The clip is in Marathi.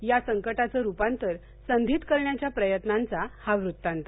या संकटाचं रुपांतर संधीत करण्याच्या प्रयवांचा हा वृत्तांत